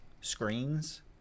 screens